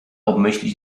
obmyślić